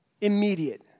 immediate